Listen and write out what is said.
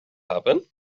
happen